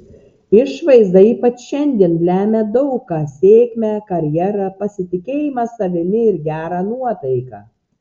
išvaizda ypač šiandien lemia daug ką sėkmę karjerą pasitikėjimą savimi ir gerą nuotaiką